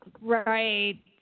Right